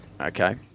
okay